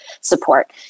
support